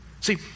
See